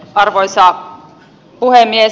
arvoisa puhemies